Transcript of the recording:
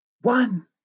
one